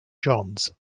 johns